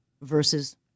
versus